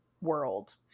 world